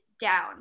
down